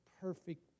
Perfect